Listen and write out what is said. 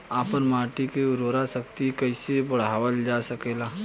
आपन माटी क उर्वरा शक्ति कइसे बढ़ावल जा सकेला?